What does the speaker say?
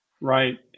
Right